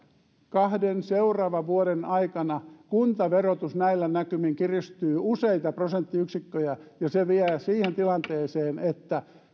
kahden seuraavan vuoden aikana kuntaverotus näillä näkymin kiristyy useita prosenttiyksikköjä ja se vie siihen tilanteeseen